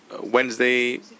Wednesday